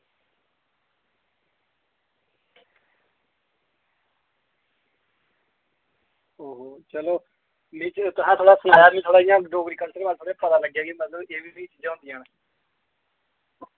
ओहो चलो मिगी तुसैं थोह्ड़ा सनाया मिगी थोह्ड़ा इ'यां डोगरी कल्चर बारे थोह्ड़ा पता लग्गेया कि मतलब एह् वी वी चीजां होंदियां न